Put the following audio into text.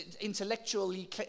intellectually